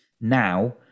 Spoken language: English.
now